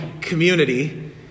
community